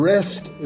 Rest